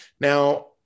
Now